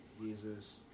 Jesus